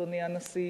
אדוני הנשיא,